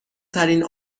ترین